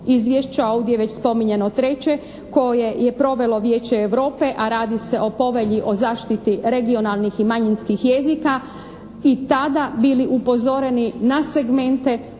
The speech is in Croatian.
izvješću, a ovdje je već spominjano treće koje je provelo Vijeće Europe, a radi se o Povelji o zaštiti regionalnih i manjinskih jezika, i tada bili upozoreni na segmente